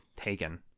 taken